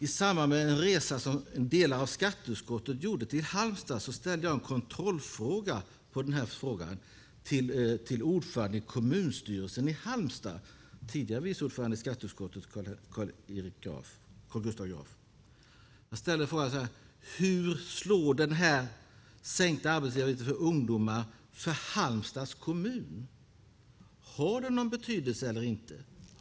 I samband med en resa som delar av skatteutskottet gjorde till Halmstad ställde jag en kontrollfråga till ordförande i kommunstyrelsen i Halmstad, den tidigare vice ordföranden i skatteutskottet Carl Fredrik Graf. Jag frågade: Hur slår den sänkta arbetsgivaravgiften för ungdomar i Halmstads kommun? Har den någon betydelse eller inte?